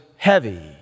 heavy